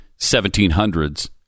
1700s